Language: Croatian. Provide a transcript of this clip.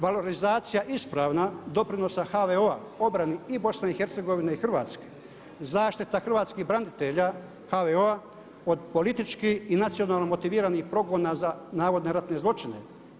Valorizacija ispravna doprinosa HVO-a obrani i Bosne i Hercegovine i Hrvatske, zaštita hrvatskih branitelja HVO-a od politički i nacionalno motiviranih progona za navodne ratne zločine.